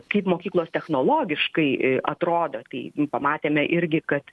kaip mokyklos technologiškai atrodo tai pamatėme irgi kad